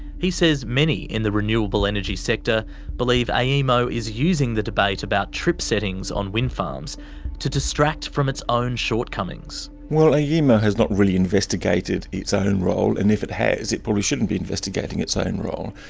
he says many in the renewable energy sector believe aemo is using the debate about trip settings on wind farms to distract from its own shortcomings. well, aemo has not really investigated its own role and if it has it probably shouldn't be investigating its own role,